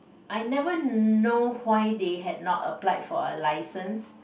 I never know why they had not applied for a licence